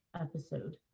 episode